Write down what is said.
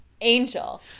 angel